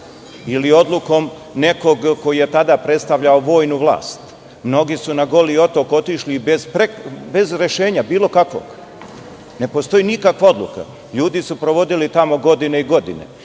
ili odlukom nekog ko je tada predstavljao vojnu vlast. Mnogi su na Goli otok otišli bez bilo kakvog rešenja, bez ikakve odluke. Ljudi su provodili tamo godine i godine. Mi